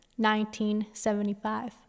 1975